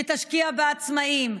שתשקיע בעצמאים,